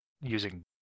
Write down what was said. using